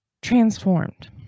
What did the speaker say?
transformed